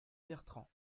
bertrand